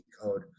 code